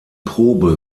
probe